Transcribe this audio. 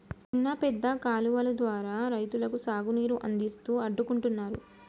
చిన్న పెద్ద కాలువలు ద్వారా రైతులకు సాగు నీరు అందిస్తూ అడ్డుకుంటున్నారు